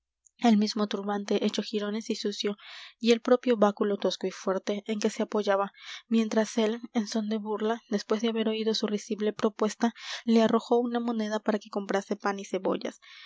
el mismo turbante hecho jirones y sucio y el propio báculo tosco y fuerte en que se apoyaba mientras él en son de burla después de haber oído su risible propuesta le arrojó una moneda para que comprase pan y cebollas